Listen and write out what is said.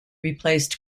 replaced